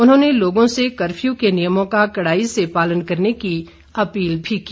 उन्होंने लोगों से कर्फ्यू के नियमों का कड़ाई से पालन करने की अपील भी की